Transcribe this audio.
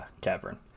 cavern